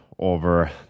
Over